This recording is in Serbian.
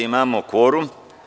Imamo kvorum.